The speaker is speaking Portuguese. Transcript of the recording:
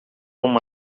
uma